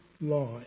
lie